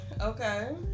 Okay